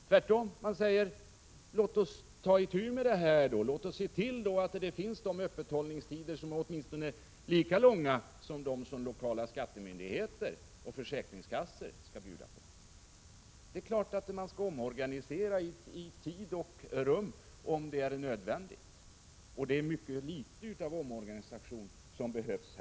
Tvärtom säger man: Låt oss ta itu med detta och se till att det blir öppethållningstider som åtminstone är lika långa som de som lokala skattemyndigheter och försäkringskassor skall bjuda på. Det är klart att man skall omorganisera i tid och rum om det är nödvändigt. Det är mycket litet av omorganisation som behövs.